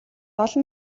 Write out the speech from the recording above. олон